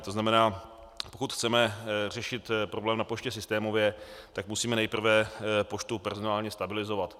To znamená, pokud chceme řešit problém na poště systémově, musíme nejprve poštu personálně stabilizovat.